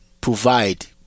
provide